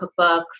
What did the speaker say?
cookbooks